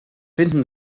finden